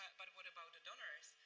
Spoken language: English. but what about the donors?